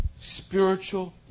Spiritual